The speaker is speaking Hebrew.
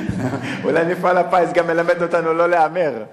אולי מפעל הפיס גם מלמד אותנו לא להמר.